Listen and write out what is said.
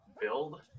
build